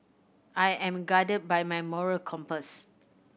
I am guided by my moral compass